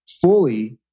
fully